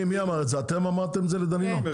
אתם אמרתם את זה לדנינו?